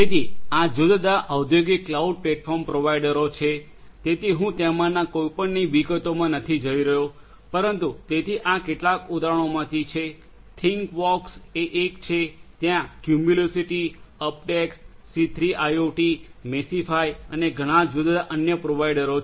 તેથી આ જુદા જુદા ઔદ્યોગિક ક્લાઉડ પ્લેટફોર્મ પ્રોવાઇડર છે તેથી હું તેમાંના કોઈપણની વિગતોમાં નથી જઈ રહ્યો પરંતુ તેથી આ કેટલાક ઉદાહરણોમાંથી છે થિંગવૉર્ક્સ એ એક છે ત્યાં ક્યુમ્યુલોસિટી અપટેક સી3 આઇઓટી મેશિફાઇ અને ઘણાં જુદા જુદા અન્ય પ્રોવાઇડરો છે